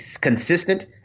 consistent